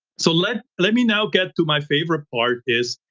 so let let me now get to my favorite part is.